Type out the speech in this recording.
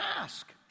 ask